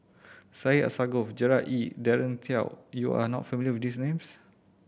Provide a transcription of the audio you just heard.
Syed Alsagoff Gerard Ee Daren Shiau you are not familiar with these names